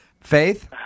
Faith